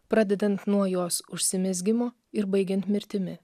pradedant nuo jos užsimezgimo ir baigiant mirtimi